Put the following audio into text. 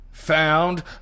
found